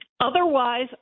Otherwise